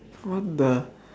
what the